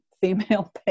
female